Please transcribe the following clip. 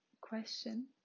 question